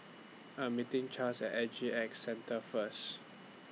I'm meeting Charles At S G X Centre First